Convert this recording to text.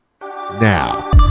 now